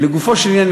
לגופו של עניין,